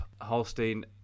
Holstein